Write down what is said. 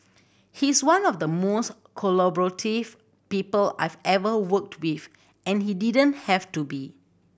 he's one of the most collaborative people I've ever worked with and he didn't have to be